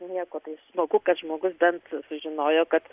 nieko tai smagu kad žmogus bent sužinojo kad